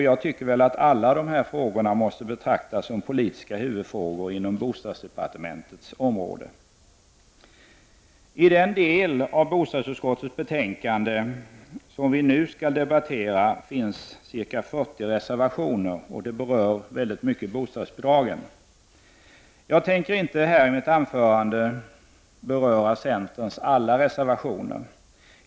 Jag tycker nog att alla dessa frågor måste betraktas som politiska huvudfrågor inom bostadsdepartementets område. I den del av bostadsutskottets betänkande som vi nu skall debattera finns ca 40 reservationer, som i väldigt mycket berör bostadsbidragen. Jag tänker inte här i mitt anförande beröra centerns alla reservationer.